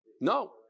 No